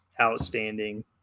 outstanding